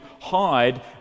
hide